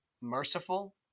merciful